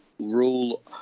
rule